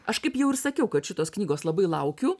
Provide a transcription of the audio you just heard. aš kaip jau ir sakiau kad šitos knygos labai laukiu